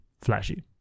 flashy